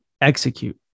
execute